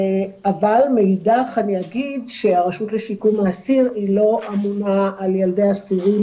אבל מאידך אני אגיד שהרשות לשיקום האסיר היא לא אמונה על ילדי האסירים,